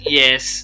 yes